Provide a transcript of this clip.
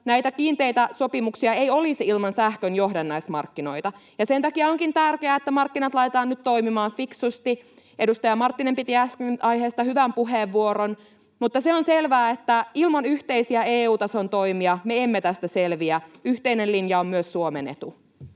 Näitä kiinteitä sopimuksia ei olisi ilman sähkön johdannaismarkkinoita, ja sen takia onkin tärkeää, että markkinat laitetaan nyt toimimaan fiksusti. Edustaja Marttinen piti äsken aiheesta hyvän puheenvuoron, mutta on selvää, että ilman yhteisiä EU-tason toimia me emme tästä selviä. Yhteinen linja on myös Suomen etu.